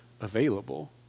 available